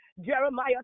Jeremiah